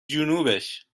جنوبش